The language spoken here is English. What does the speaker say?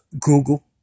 Google